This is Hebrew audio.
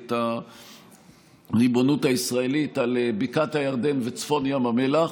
את הריבונות הישראלית על בקעת הירדן וצפון ים המלח.